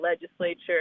legislature